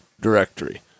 directory